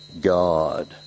God